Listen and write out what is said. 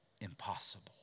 impossible